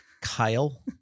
Kyle